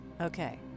Okay